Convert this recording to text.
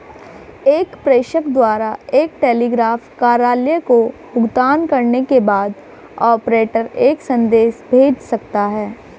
एक प्रेषक द्वारा एक टेलीग्राफ कार्यालय को भुगतान करने के बाद, ऑपरेटर एक संदेश भेज सकता है